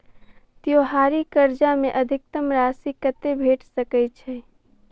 त्योहारी कर्जा मे अधिकतम राशि कत्ते भेट सकय छई?